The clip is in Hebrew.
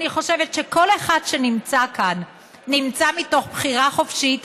אני חושבת שכל אחד שנמצא כאן נמצא מתוך בחירה חופשית,